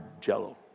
jello